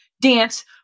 dance